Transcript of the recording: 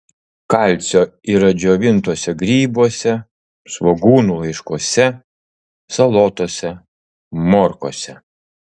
kalcio yra džiovintuose grybuose svogūnų laiškuose salotose morkose